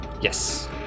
Yes